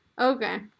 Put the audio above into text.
Okay